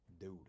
dude